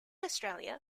australia